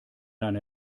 eine